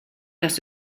dass